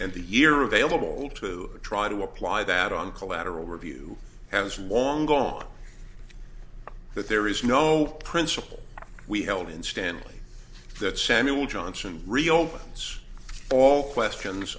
and the year available to try to apply that on collateral review has long gone that there is no principle we held in stanley that samuel johnson reopens all questions